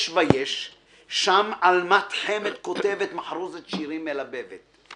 שם עלמת חמד כותבת/ מחרוזת שירים מלבבת//